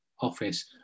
office